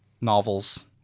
novels